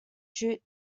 shoot